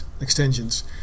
extensions